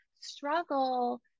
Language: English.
struggle